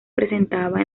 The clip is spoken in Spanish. presentaba